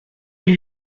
lui